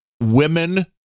women